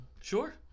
sure